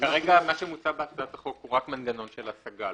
כרגע בהצעת החוק מוצע רק מנגנון של השגה,